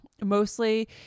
Mostly